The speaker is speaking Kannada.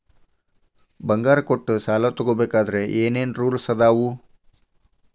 ಬಂಗಾರ ಕೊಟ್ಟ ಸಾಲ ತಗೋಬೇಕಾದ್ರೆ ಏನ್ ಏನ್ ರೂಲ್ಸ್ ಅದಾವು?